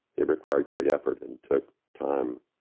it required great effort and took time.